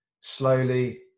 slowly